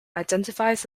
identifies